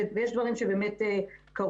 ויש דברים שבאמת קרו,